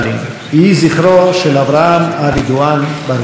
יהי זכרו של אברהם אבי דואן ברוך.